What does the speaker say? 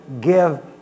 give